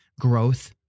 growth